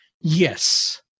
yes